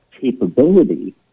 capability